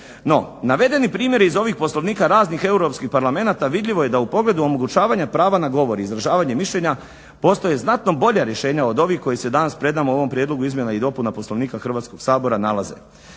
No navedeni primjeri iz ovih Poslovnika raznih europskih parlamenata vidljivo je da u pogledu omogućavanja prava na govor i izražavanja mišljenja postoje znatno bolja rješenja od ovih koji se danas u ovom prijedlogu izmjena i dopuna Poslovnika Hrvatskog sabora nalaze.